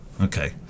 Okay